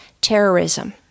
terrorism